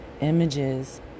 images